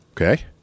okay